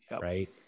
right